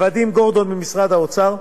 לוואדים גורדון ממשרד האוצר.